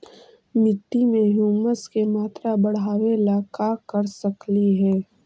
मिट्टी में ह्यूमस के मात्रा बढ़ावे ला का कर सकली हे?